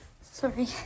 sorry